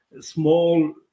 small